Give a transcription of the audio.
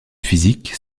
physique